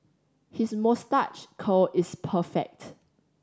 his moustache curl is perfect